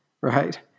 Right